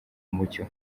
mucyo